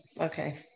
Okay